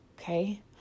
Okay